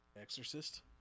Exorcist